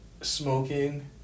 smoking